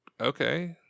Okay